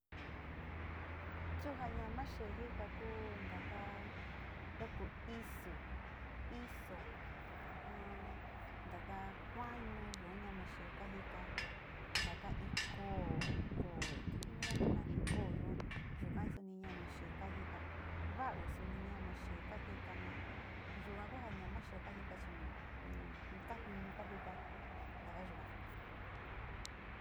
Su ja ñama xee jo jika tu ntaka ntaku isu, iso ajaa ntaka kuañu yua ñama xee ka jika, ntaka in koo, koo tu jinida nani koo yua, yuka suni ñama xee ka kika, va´ao suni ñama xee ka jikana yua ku ja ñama xee kajika chi, kajino kajika taka yuga.